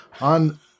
On